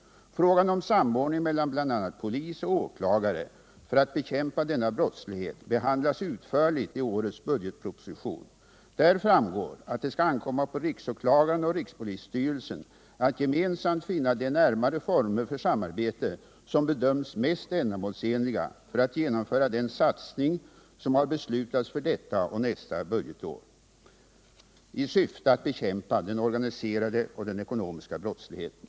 Frågan om samordning mellan bl.a. polis och åklagare för att bekämpa denna brotts 1 lighet behandlas utförligt i årets budgetproposition. Där framgår att det skall ankomma på riksåklagaren och rikspolisstyrelsen att gemensamt finna de närmare former för samarbete som bedöms mest ändamålsenliga för att genomföra den satsning som har beslutats för detta och nästa budgetår i syfte att bekämpa den organiserade och den ekonomiska brottsligheten.